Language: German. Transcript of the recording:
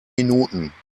minuten